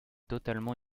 totalement